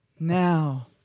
Now